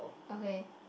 okay